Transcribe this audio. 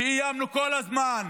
איימנו כל הזמן